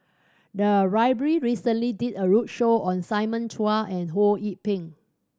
the library recently did a roadshow on Simon Chua and Ho Yee Ping